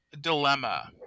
dilemma